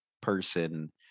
person